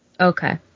Okay